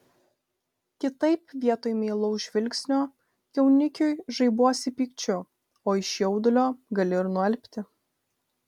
kitaip vietoj meilaus žvilgsnio jaunikiui žaibuosi pykčiu o iš jaudulio gali ir nualpti